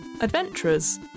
adventurers